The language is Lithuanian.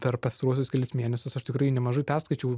per pastaruosius kelis mėnesius aš tikrai nemažai perskaičiau